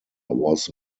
was